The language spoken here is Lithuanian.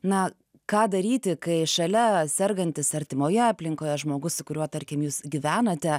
na ką daryti kai šalia sergantis artimoje aplinkoje žmogus su kuriuo tarkim jūs gyvenate